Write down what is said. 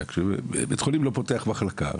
כשבית חולים לא פותח מחלקה.